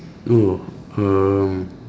no um